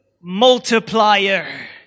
multiplier